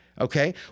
okay